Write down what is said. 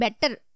better